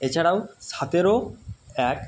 এছাড়াও সাতেরো এক